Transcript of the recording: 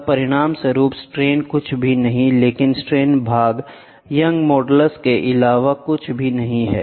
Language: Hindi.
और परिणामस्वरूप स्ट्रेन कुछ भी नहीं है लेकिन स्ट्रेन भाग यंग मॉडल्स के अलावा कुछ भी नहीं है